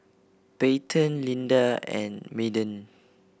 Payten Linda and Madden